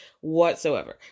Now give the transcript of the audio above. whatsoever